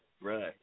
Right